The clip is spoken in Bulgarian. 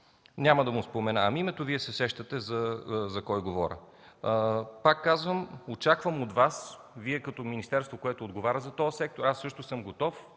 Няма да му споменавам името, Вие се сещате за кой говоря. Пак казвам – очаквам от Вас като министерство, което отговаря за този сектор, аз също съм готов